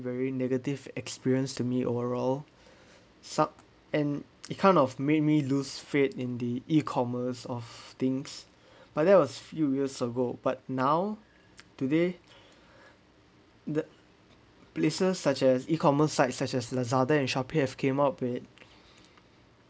very negative experience to me overall suck and it kind of made me lose faith in the e-commerce of things but that was a few years ago but now today the places such as e-commerce sites such as Lazada and Shopee have came up with